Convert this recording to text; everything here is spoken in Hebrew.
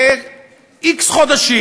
ל-x חודשים.